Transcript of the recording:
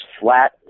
flat